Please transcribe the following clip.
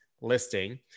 listing